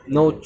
no